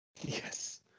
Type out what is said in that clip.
Yes